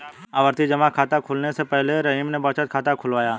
आवर्ती जमा खाता खुलवाने से पहले रहीम ने बचत खाता खुलवाया